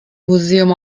museum